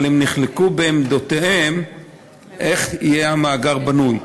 אבל הן נחלקו בעמדותיהן בשאלה איך יהיה המאגר בנוי: